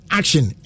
action